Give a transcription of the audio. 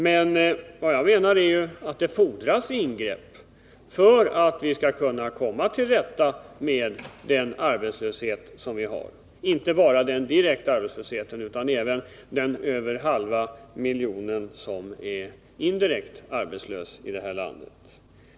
Men vad jag menar är att det fordras ingrepp för att komma till rätta med den arbetslöshet som vi har, inte bara den direkta arbetslösheten utan även den som drabbat dem som är indirekt arbetslösa i vårt land och som uppgår till över en halv miljon.